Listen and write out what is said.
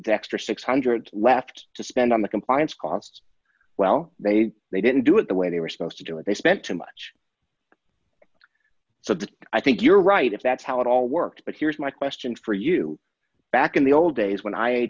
that extra six hundred dollars left to spend on the compliance costs well they they didn't do it the way they were supposed to do and they spent too much so that i think you're right if that's how it all works but here's my question for you back in the old days when i